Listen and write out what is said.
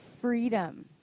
freedom